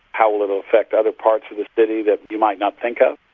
how will it affect other parts of the city that you might not think of,